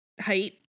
height